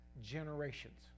generations